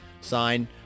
sign